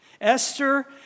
Esther